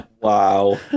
Wow